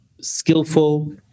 skillful